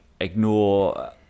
ignore